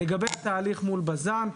לגבי התהליך מול בז"ן,